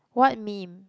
what meme